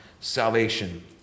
salvation